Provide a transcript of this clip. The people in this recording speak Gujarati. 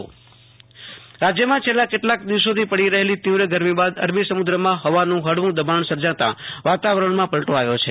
આશુતોષ અંતાણી હવામાન રાજયમાં છેલ્લા કેટલાક દિવસોથો પડી રહેલી ગરમી બાદ અરબી સમુદ્રમાં હવાનું હળવું દબાણ સર્જાતા વાતાવરણમાં પલ્ટો આવ્યો છે